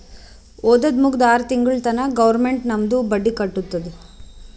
ಓದದ್ ಮುಗ್ದು ಆರ್ ತಿಂಗುಳ ತನಾ ಗೌರ್ಮೆಂಟ್ ನಮ್ದು ಬಡ್ಡಿ ಕಟ್ಟತ್ತುದ್